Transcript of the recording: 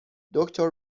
دکتر